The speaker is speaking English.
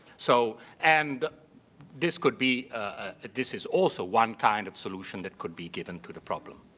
so and this could be ah this is also one kind of solution that could be given to the problem.